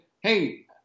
hey